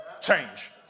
change